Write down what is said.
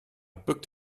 booked